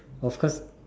of course